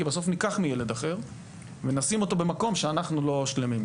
כי בסוף ניקח מילד אחר ונשים אותו במקום שאנחנו לא שלמים.